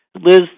Liz